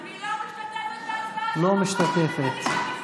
אינה משתתפת בהצבעה אני לא משתתפת בהצבעה,